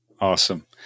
Awesome